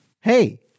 Hey